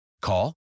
Call